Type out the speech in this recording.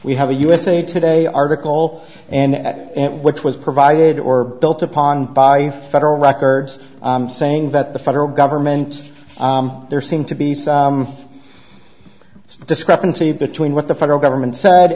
we have a usa today article and which was provided or built upon by federal records saying that the federal government there seem to be so the discrepancy between what the federal government said